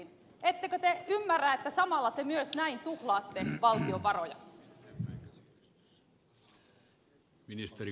ettekö te ymmärrä että samalla te myös näin tuhlaatte valtion varoja